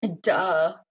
duh